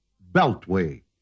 Beltway